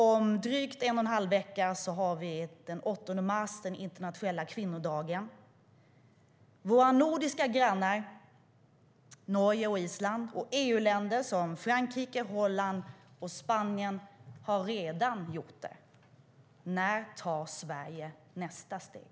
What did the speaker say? Om drygt en och en halv vecka har vi den 8 mars, den internationella kvinnodagen. Våra nordiska grannar Norge och Island och EU-länder som Frankrike, Holland och Spanien har redan gjort det. När tar Sverige nästa steg?